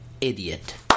idiot